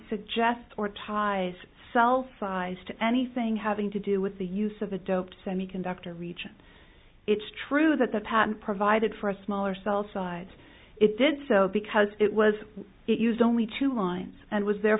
suggests or ties cell size to anything having to do with the use of a doped semiconductor region it's true that the patent provided for a smaller cell sides it did so because it was used only two lines and was there